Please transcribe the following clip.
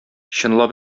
чынлап